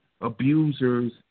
abusers